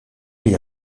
les